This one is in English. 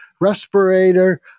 respirator